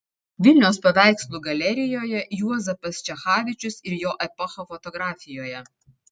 vilniaus paveikslų galerijoje juozapas čechavičius ir jo epocha fotografijoje